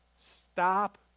Stop